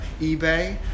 eBay